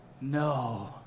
no